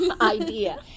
idea